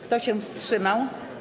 Kto się wstrzymał?